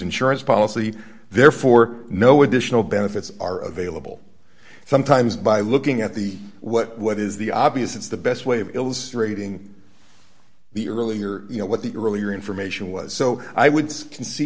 insurance policy therefore no additional benefits are available sometimes by looking at the what what is the obvious it's the best way of illustrating the earlier you know what the earlier information was so i would s